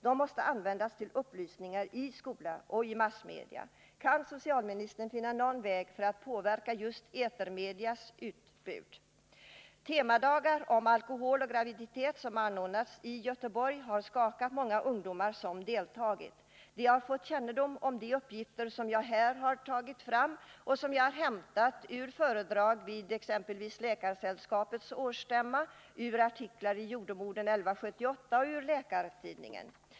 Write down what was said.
Den måste användas för upplysningsverksamhet i skolan och massmedia. Kan socialministern finna någon väg för att påverka just etermedias utbud? De temadagar om alkohol och graviditet som anordnades i Göteborg har skakat många av de ungdomar som deltagit. De har fått kännedom om de uppgifter som jag här har tagit fram och som jag hämtat ur föredrag vid Läkaresällskapets årsstämma, ur artiklar i Jordemodern nr 11 år 1978 och ur vanorna och att Läkartidningen.